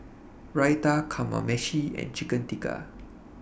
Raita Kamameshi and Chicken Tikka